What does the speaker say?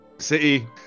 City